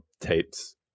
tapes